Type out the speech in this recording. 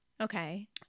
Okay